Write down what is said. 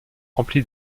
rempli